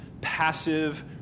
passive